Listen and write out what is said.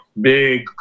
big